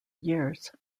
years